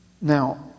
Now